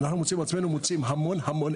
אנחנו מוצאים את עצמנו מוציאים המון המון